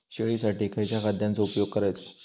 शेळीसाठी खयच्या खाद्यांचो उपयोग करायचो?